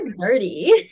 dirty